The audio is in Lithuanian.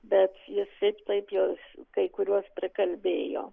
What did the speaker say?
bet jis šiaip taip juos kai kuriuos prikalbėjo